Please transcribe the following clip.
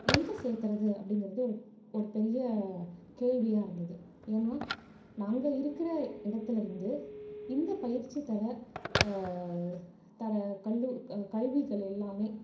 எங்கே சேர்த்துறது அப்படிங்கிறது ஒரு ஒரு பெரிய கேள்வியாக இருந்தது ஏன்னால் நாங்கள் இருக்கிற இடத்துலருந்து இந்த பயிற்சி தர தர கல்லூ க கல்விகள் எல்லாமே